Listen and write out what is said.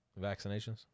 Vaccinations